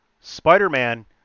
spider-man